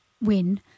win